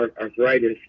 arthritis